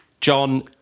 John